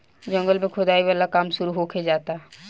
जंगल में खोदाई वाला काम शुरू होखे जाता